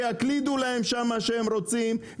שיקלידו להם שם שהם רוצים,